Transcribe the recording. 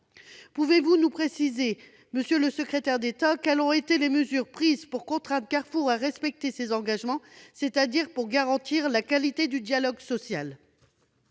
Pouvez-vous nous préciser, monsieur le secrétaire d'État, les mesures qui ont été prises pour contraindre Carrefour à respecter ses engagements, c'est-à-dire pour garantir la qualité du dialogue social ?